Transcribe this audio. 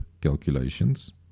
calculations